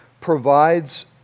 provides